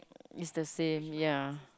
is the same ya